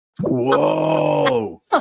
Whoa